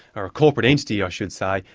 or a corporate entity, i should say,